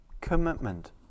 commitment